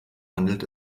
handelt